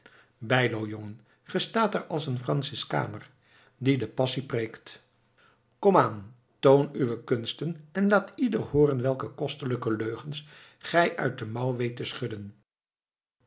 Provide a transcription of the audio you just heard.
ge staat daar als een franciskaner die de passie preekt komaan toon uwe kunsten en laat ieder hooren welke kostelijke leugens gij uit de mouw weet te schudden